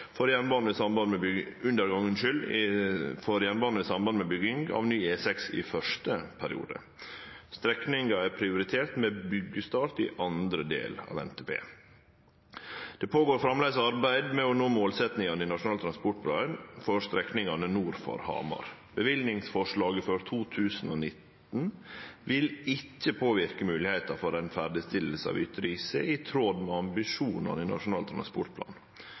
for jernbanen i samband med bygging av ny E6 i første periode. Strekninga er prioritert med byggjestart i andre del av NTP. Det går framleis føre seg eit arbeid med å nå målsetjingane i Nasjonal transportplan for strekningane nord for Hamar. Løyvingsforslaget for 2019 vil ikkje påverke moglegheita for ferdigstilling av ytre intercity i tråd med ambisjonane i Nasjonal transportplan.